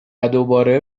دوباره